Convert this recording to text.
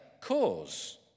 cause